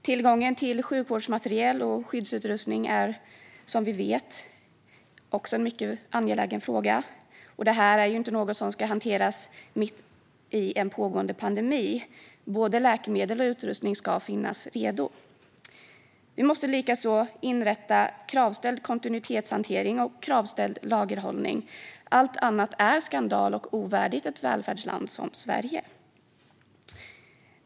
Tillgången till sjukvårdsmateriel och skyddsutrustning är också en mycket angelägen fråga, som vi vet. Det här är inte något som ska hanteras mitt i en pågående pandemi. Både läkemedel och utrustning ska finnas redo. Vi måste likaså inrätta kravställd kontinuitetshantering och kravställd lagerhållning. Allt annat är skandal och ovärdigt ett välfärdsland som Sverige.